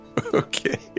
Okay